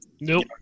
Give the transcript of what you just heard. Nope